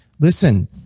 Listen